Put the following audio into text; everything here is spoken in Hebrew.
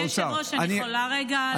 אדוני היושב-ראש, אני יכולה רגע להעיר?